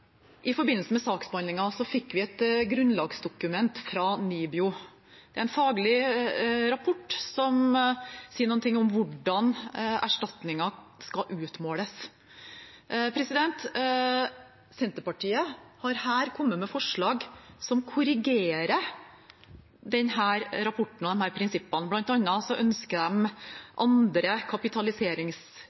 I forbindelse med saksbehandlingen fikk vi et grunnlagsdokument fra NIBIO, en faglig rapport som sier noe om hvordan erstatningen skal utmåles. Senterpartiet har her kommet med forslag som korrigerer denne rapporten og disse prinsippene, bl.a. ønsker de at den kapitaliseringsrenten som er fastsatt av NIBIO, skal endres, og at den skal være lavere. Også flere andre